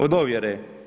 Od ovjere.